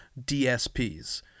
DSPs